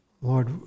Lord